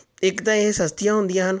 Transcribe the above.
ਇੱਕ ਤਾਂ ਇਹ ਸਸਤੀਆਂ ਹੁੰਦੀਆਂ ਹਨ